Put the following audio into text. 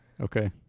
Okay